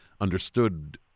understood